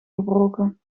gebroken